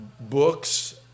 books